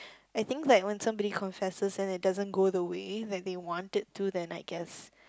I think like when somebody confesses and it doesn't go the way that they wanted to then I guess